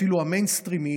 אפילו המיינסטרימית,